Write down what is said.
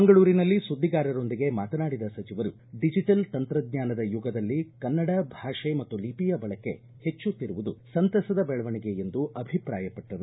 ಮಂಗಳೂರಿನಲ್ಲಿ ಸುದ್ದಿಗಾರೊಂದಿಗೆ ಮಾತನಾಡಿದ ಸಚಿವರು ಡಿಜಿಟಲ್ ತಂತ್ರಜ್ಞಾನದ ಯುಗದಲ್ಲಿ ಕನ್ನಡ ಭಾಷೆ ಮತ್ತು ಲಿಪಿಯ ಬಳಕೆ ಪೆಚ್ಚುತ್ತಿರುವುದು ಸಂತಸದ ಬೆಳವಣಿಗೆ ಎಂದು ಅಭಿಪ್ರಾಯಪಟ್ಟರು